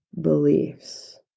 beliefs